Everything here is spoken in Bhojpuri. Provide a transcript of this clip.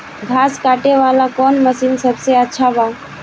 घास काटे वाला कौन मशीन सबसे अच्छा बा?